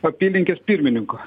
apylinkės pirmininko